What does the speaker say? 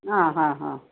ಹಾಂ ಹಾಂ ಹಾಂ